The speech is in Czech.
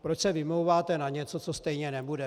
Proč se vymlouváte na něco, co stejně nebude?